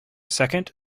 second